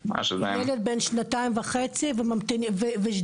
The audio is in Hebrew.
אם הייתה שביתת רכבות הייתם מתחילים משא ומתן היום,